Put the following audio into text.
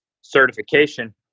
certification